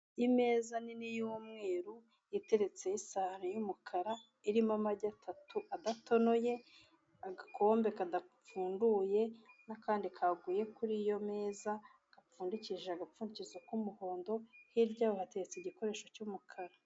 Imeza nini y'umweru, iteretse isahani y'umukara irimo amagi atatu adatonoye, agakombe kadapfunduye n'akandi kaguye kuri ayo meza, gapfundikishije agapfundikizo k'umuhondo, hirya hatetse igikoresho cy'umukara.